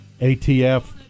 ATF